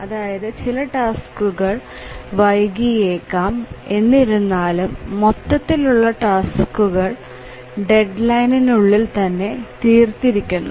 അതായത് ചില ടാസ്കുകൾ വൈകിയേക്കാം എന്നിരുന്നാലും മൊത്തത്തിലുള്ള ടാസ്കുകൾ ഡെഡ്ലൈൻ ഉള്ളിൽ തന്നെ തീർത്തിരിക്കുന്നു